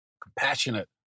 compassionate